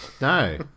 No